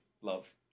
Love